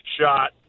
shot